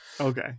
Okay